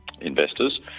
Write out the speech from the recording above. investors